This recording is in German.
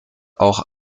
auch